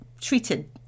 treated